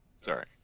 sorry